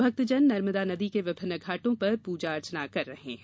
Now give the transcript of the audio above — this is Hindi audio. भक्तजन नर्मदा नदी के विभिन्न घाटों पर पूजाअर्चना कर रहे हैं